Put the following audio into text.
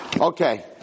Okay